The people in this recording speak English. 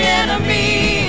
enemy